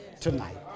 tonight